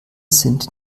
sind